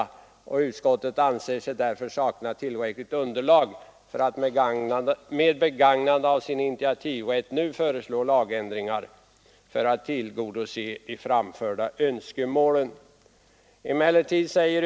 Utskottet anser sig därför sakna tillräckligt underlag för att med begagnande av sin initiativrätt nu föreslå lagändringar för att tillgodose de framförda önskemålen.